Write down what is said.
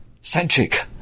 centric